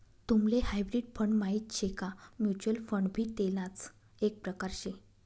तुम्हले hybrid fund माहित शे का? म्युच्युअल फंड भी तेणाच एक प्रकार से